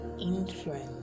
Influence